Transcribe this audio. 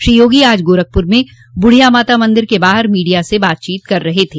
श्री योगी आज गोरखपुर में बुढ़िया माता मंदिर के बाहर मीडिया से बातचीत कर रहे थे